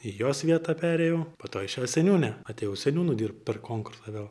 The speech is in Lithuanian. į jos vietą perėjau po to išėjo seniūnė atėjau seniūnu dirbt per konkursą vėl